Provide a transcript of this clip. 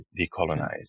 decolonize